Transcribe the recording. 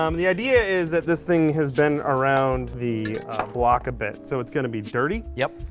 um the idea is that this thing has been around the block a bit, so it's going to be dirty. yep.